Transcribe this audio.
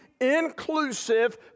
inclusive